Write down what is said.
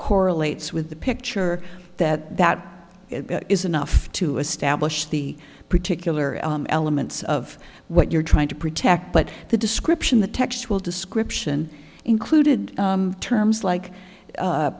correlates with the picture that that is enough to establish the particular elements of what you're trying to protect but the description the text will description included terms like